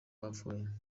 bapfuye